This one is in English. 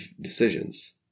decisions